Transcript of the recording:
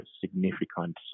significant